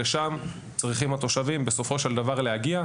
יש מספר גדול של בתי ספר שהם בתוך מרכזי שירות.